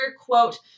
quote